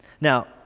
now